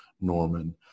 Norman